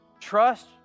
trust